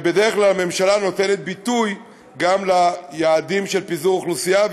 בדרך כלל ממשלה נותנת ביטוי גם ליעדים של פיזור אוכלוסייה,